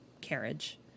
carriage